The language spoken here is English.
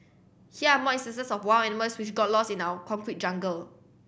here are more instances of wild animals which got lost in our concrete jungle